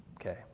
okay